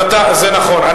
זה נכון.